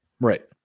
right